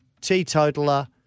teetotaler